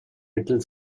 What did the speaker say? little